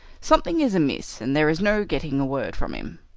something is amiss, and there is no getting a word from him.